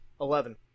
Eleven